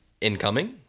incoming